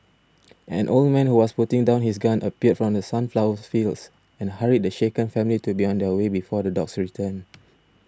an old man who was putting down his gun appeared from the sunflower fields and hurried the shaken family to be on their way before the dogs return